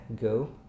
go